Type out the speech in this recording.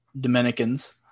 Dominicans